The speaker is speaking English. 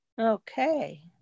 Okay